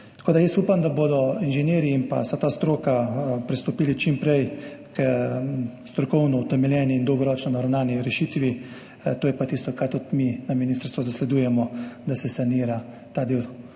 Tako da jaz upam, da bodo inženirji in vsa stroka čim prej pristopili k strokovno utemeljeni in dolgoročno naravnani rešitvi. To je pa tisto, kar tudi mi na ministrstvu zasledujemo, da se sanira ta del